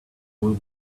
will